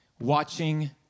watching